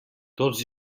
tots